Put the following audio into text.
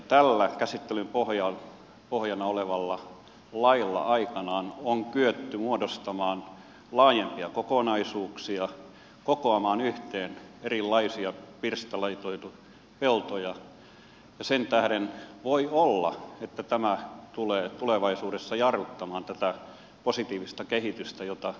tällä käsittelyn pohjana olevalla lailla aikanaan on kyetty muodostamaan laajempia kokonaisuuksia kokoamaan yhteen erilaisia pirstaloituneita peltoja ja sen tähden voi olla että tämä tulee tulevaisuudessa jarruttamaan tätä positiivista kehitystä josta totesin